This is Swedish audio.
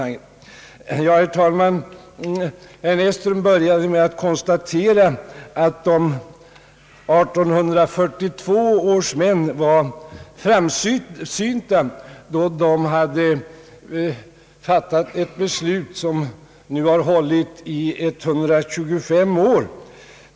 Herr Näsström började sitt anförande med att konstatera, att 1842 års män var framsynta då de fattade ett beslut som nu har hållit i 125 år.